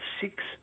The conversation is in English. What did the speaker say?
six